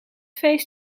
feest